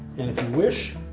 and if you wish,